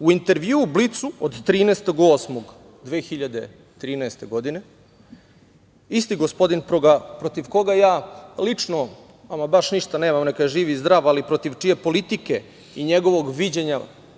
U intervjuu „Blicu“ od 13.08.2013. godine, isti gospodin, protiv koga ja lično ama baš ništa nemam, neka je živ i zdrav, ali protiv čije politike i njegovog viđenja